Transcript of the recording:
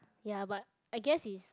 ya but I guess it's